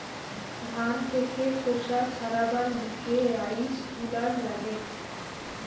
ধান থেকে খোসা ছাড়াবার লিগে রাইস হুলার লাগে